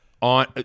on